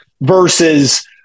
versus